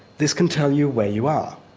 this can tell you where you are.